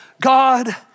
God